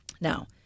Now